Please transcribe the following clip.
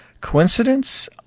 Coincidence